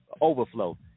overflow